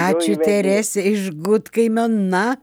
ačiū terese iš gudkaimio na